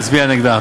להצביע נגדה.